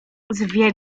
zwie